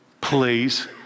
please